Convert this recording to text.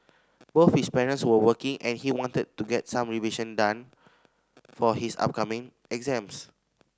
both his parents were working and he wanted to get some revision done for his upcoming exams